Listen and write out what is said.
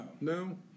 No